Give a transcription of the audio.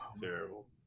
terrible